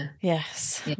Yes